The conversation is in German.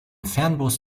fernbus